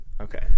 Okay